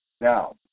Now